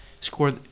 Scored